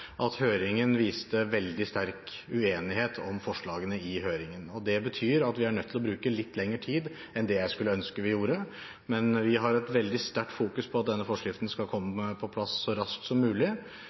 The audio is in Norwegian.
at høringen viste veldig sterk uenighet om forslagene i høringen. Det betyr at vi er nødt til å bruke litt lengre tid enn det jeg skulle ønske vi gjorde. Vi har et veldig sterkt fokus på at denne forskriften skal komme